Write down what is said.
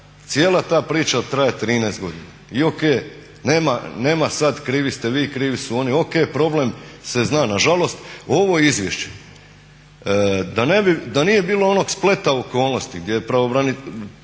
cijela ta priča traje 13 godina. I ok, nema sad krivi ste vi, krivi su oni. Ok, problem se zna. Nažalost ovo izvješće, da nije bilo onog spleta okolnosti gdje je pomoćnica